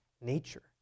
nature